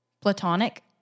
platonic